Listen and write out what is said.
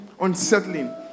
unsettling